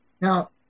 Now